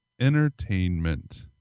entertainment